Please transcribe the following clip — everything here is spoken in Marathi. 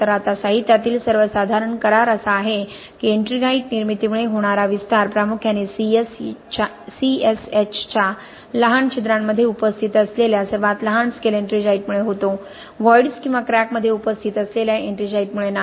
तर आता साहित्यातील सर्वसाधारण करार असा आहे की एट्रिंगाइट निर्मितीमुळे होणारा विस्तार प्रामुख्याने C S H च्या लहान छिद्रांमध्ये उपस्थित असलेल्या सर्वात लहान स्केल एट्रिंजाइटमुळे होतो व्हॉईड्स किंवा क्रॅकमध्ये उपस्थित असलेल्या एट्रिंजाइटमुळे नाही